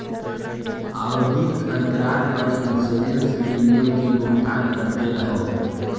आवधिक अंतराल पर इंसोरेंस प्रीमियम के भुगतान करते रहो